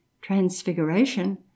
Transfiguration